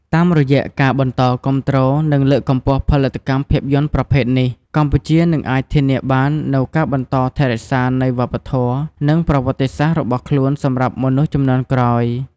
តាមរយៈការបន្តគាំទ្រ និងលើកកម្ពស់ផលិតកម្មភាពយន្តប្រភេទនេះ កម្ពុជានឹងអាចធានាបាននូវការបន្តថែរក្សានៃវប្បធម៌ និងប្រវត្តិសាស្ត្ររបស់ខ្លួនសម្រាប់មនុស្សជំនាន់ក្រោយ។